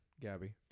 Gabby